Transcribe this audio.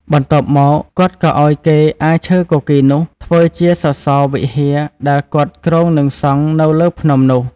បន្ទាប់មក គាត់ក៏ឲ្យគេអារឈើគគីរនោះធ្វើជាសសរវិហារដែលគាត់គ្រោងនឹងសង់នៅលើភ្នំនោះ។